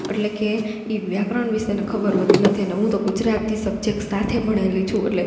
એટલે કે એ વ્યાકરણ વિશે ને ખબર હોતી નથી અને હું તો ગુજરાતી સબ્જેક્ટ સાથે ભણેલી છું એટલે